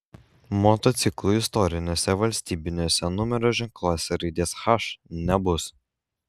motociklų istoriniuose valstybiniuose numerio ženkluose raidės h nebus